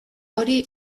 hori